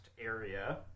area